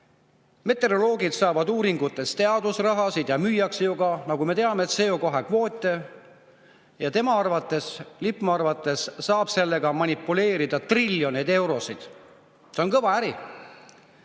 Meteoroloogid saavad uuringuteks teadusrahasid ja müüakse ju ka, nagu me teame, CO2kvoote. Ja tema, Lippmaa arvates saab sellega manipuleerida triljoneid eurosid. See on kõva äri.